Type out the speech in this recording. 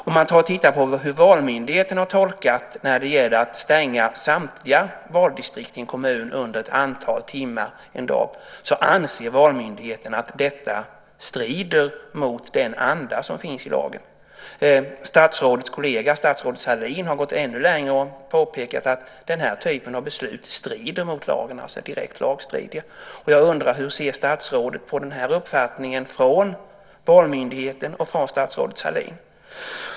Valmyndighetens tolkning är att det strider mot den anda som finns i lagen att stänga vallokalerna i samtliga valdistrikt i en kommun under ett antal timmar under en dag. Statsrådets kollega statsrådet Sahlin har gått ännu längre och påpekat att den här typen av beslut strider mot lagen och alltså är direkt lagstridiga. Jag undrar hur statsrådet ser på den här uppfattningen från Valmyndigheten och från statsrådet Sahlin.